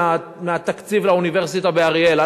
אני, באופן אישי, אגיע ואתייצב.